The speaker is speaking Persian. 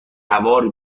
هوار